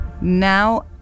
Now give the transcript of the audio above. Now